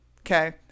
okay